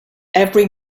every